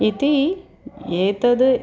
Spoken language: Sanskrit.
इति एतद्